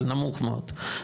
אבל נמוך מאוד,